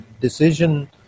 decision